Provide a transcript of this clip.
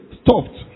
stopped